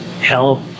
help